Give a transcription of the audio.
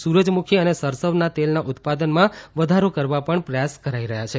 સૂરજમુખી અને સરસવના તેલના ઉત્પાદનમાં વધારો કરવા પણ પ્રયાસ કરાઈ રહ્યા છે